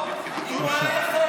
כי את חברת כנסת,